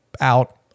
out